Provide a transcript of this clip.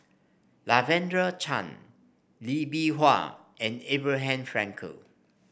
Lavender Chang Lee Bee Wah and Abraham Frankel